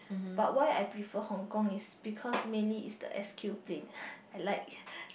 but why I prefer Hong-Kong is because mainly is the S_Q plane I like